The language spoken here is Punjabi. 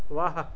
ਵਾਹ